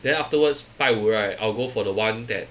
then afterwards 拜五 right I'll go for the one that